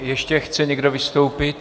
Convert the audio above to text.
Ještě chce někdo vystoupit?